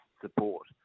support